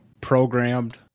programmed